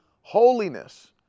holiness